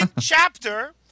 chapter